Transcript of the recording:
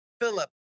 Philip